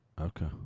Okay